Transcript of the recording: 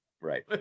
Right